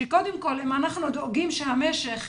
היא שקודם כל אם אנחנו דואגים שהמשק